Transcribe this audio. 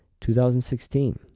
2016